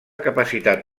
capacitat